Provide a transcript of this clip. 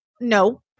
No